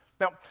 Now